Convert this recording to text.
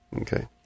Okay